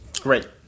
great